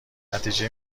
نتیجه